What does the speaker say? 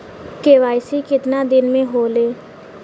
KYC कितना दिन में होले?